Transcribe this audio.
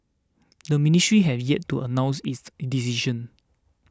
the ministry has yet to announce its in decision